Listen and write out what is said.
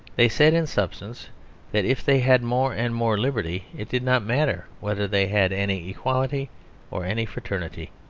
they said in substance that if they had more and more liberty it did not matter whether they had any equality or any fraternity.